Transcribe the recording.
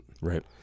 Right